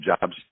jobs